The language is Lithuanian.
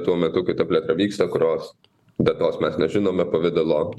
tuo metu kai ta plėtra vyksta kurios datos mes nežinome pavidalo